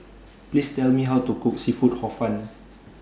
Please Tell Me How to Cook Seafood Hor Fun